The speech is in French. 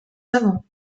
savants